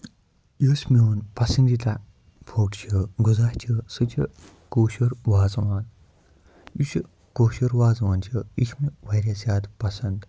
یُس میون پَسندیٖدہ فُڈ چھُ غزہ چھُ سُہ چھُ کٲشُر وازوان یُس یہِ کٲشُر وازوان چھُ یہِ چھُ واریاہ زیادٕ پَسند